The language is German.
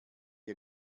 ihr